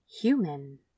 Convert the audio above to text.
human